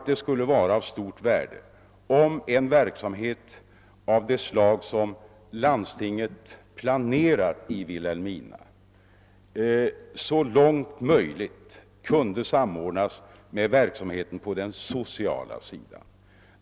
Det skulle vara av stort värde om en verksamhet av det slag som landstinget planerat i Vilhelmina så långt möjligt kunde samordnas med verksamheten på den sociala sidan.